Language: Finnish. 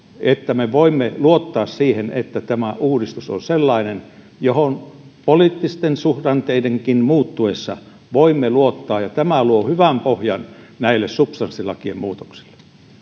että me voimme luottaa siihen että tämä uudistus on sellainen johon poliittisten suhdanteidenkin muuttuessa voimme luottaa ja tämä luo hyvän pohjan näille substanssilakien muutoksille